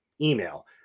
email